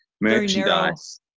merchandise